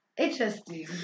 Interesting